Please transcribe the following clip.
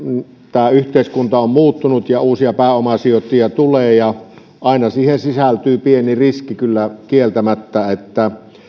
tämä yhteiskunta on muuttunut ja uusia pääomasijoittajia tulee ja aina sisältyy pieni riski kyllä kieltämättä siihen